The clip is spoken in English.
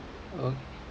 uh